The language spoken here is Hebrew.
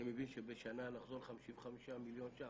אני מבין שבשנה לחזור ל-55 מיליון ₪